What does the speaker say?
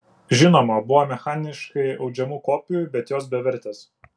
žinoma buvo mechaniškai audžiamų kopijų bet jos bevertės